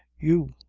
you,